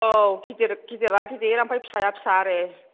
औ गिदिर गिदिरा गिदिर ओमफ्राय फिसाया फिसा आरो